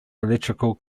electrical